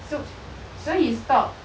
so he so he stopped